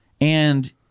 And-